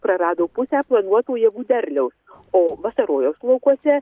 prarado pusę planuoto javų derliaus o vasarojos laukuose